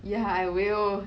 yeah I will